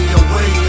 away